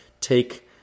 take